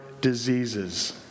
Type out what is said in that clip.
diseases